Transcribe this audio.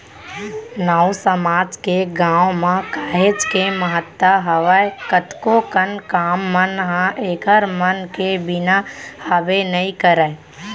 नाऊ समाज के गाँव म काहेच के महत्ता हावय कतको कन काम मन ह ऐखर मन के बिना हाबे नइ करय